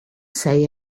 say